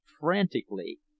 frantically